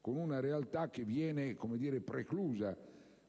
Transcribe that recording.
con una realtà che viene preclusa